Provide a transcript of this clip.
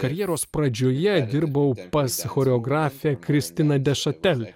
karjeros pradžioje dirbau pas choreografę kristiną dešatel